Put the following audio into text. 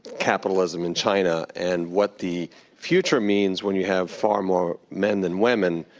capitalism in china and what the future means when you have far more men than women,